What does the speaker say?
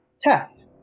Tact